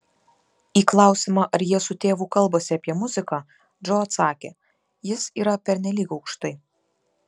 į klausimą ar jie su tėvu kalbasi apie muziką džo atsakė jis yra pernelyg aukštai